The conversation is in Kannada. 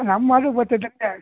ನಮ್ಮಲ್ಲೂ